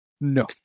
no